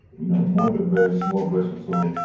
you know, more diverse, more versatile,